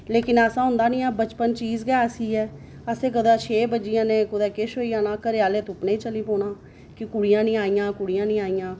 लेकिन ऐसा होंदा नेईं हा बचपन चीज गै ऐसी ऐ असें कदें छे बजे आना कदें कुछ होई आना घरेआह्लें तुप्पने गी चली पौना कि कुड़ियां नीं आइयां कुड़ियां नीं आइयां